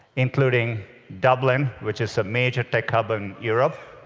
including dublin, which is a major tech hub in europe.